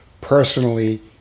personally